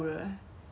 ya there's like